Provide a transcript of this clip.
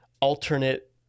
alternate